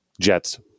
jets